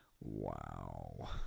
Wow